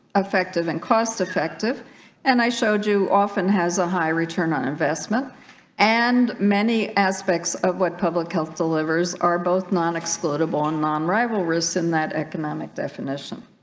effective and cost-effective and i showed you often has a high return on investment and many aspects of what public health delivers are both nonexcludable and nonrival risks in that economic definition